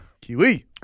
Kiwi